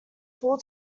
full